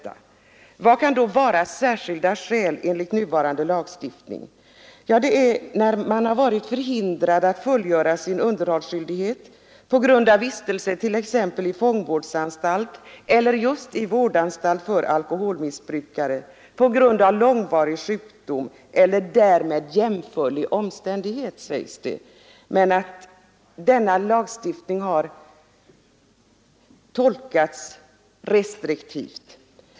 Vad kan då vara ”särskilda skäl” enligt nuvarande lagstiftning? Det är när man varit förhindrad att fullgöra sin underhållsskyldighet på grund av vistelse t.ex. i fångvårdsanstalt eller i vårdanstalt för alkoholmissbrukare, på grund av långvarig sjukdom eller därmed jämförlig omständighet, sägs det. I övrigt har denna lagstiftning tolkats restriktivt.